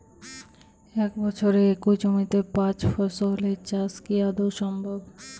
এক বছরে একই জমিতে পাঁচ ফসলের চাষ কি আদৌ সম্ভব?